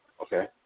Okay